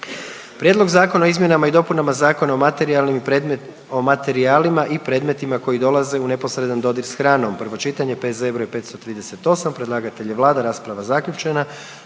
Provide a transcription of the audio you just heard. Prijedlog Zakona o izmjenama i dopunama Zakona o materijalima i predmetima koji dolaze u neposredan dodir s hranom